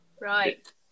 Right